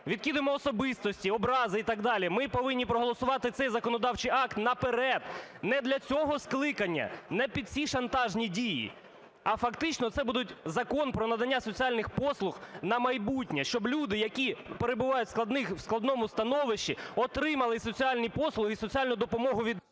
відкинемо особистості, образи і так далі, ми повинні проголосувати цей законодавчий акт наперед, не для цього скликання, не під ці шантажні дії, а фактично це буде Закон про надання соціальних послуг на майбутнє, щоб люди, які перебувають у складному становищі, отримали соціальні послуги і соціальну допомогу від…